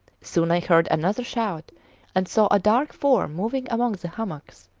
soon i heard another shout and saw a dark form moving among the hummocks.